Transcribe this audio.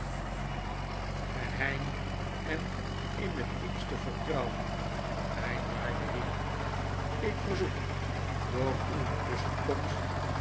geheim en in het diepste vertrouwen mijn waarde heer ik verzoek door uw tusschenkomst